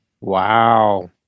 Wow